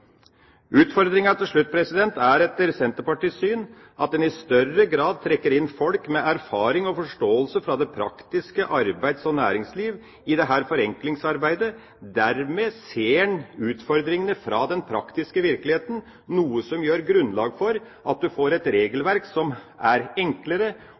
Utfordringa til slutt er, etter Senterpartiets syn, at en i større grad trekker inn folk med erfaring og forståelse fra det praktiske arbeids- og næringsliv i dette forenklingsarbeidet. Dermed ser en utfordringene fra den praktiske virkeligheten, noe som gir grunnlag for at man får et regelverk som er enklere